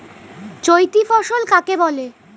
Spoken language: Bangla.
চৈতি ফসল কাকে বলে?